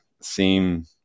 seem